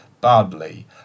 badly